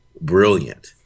brilliant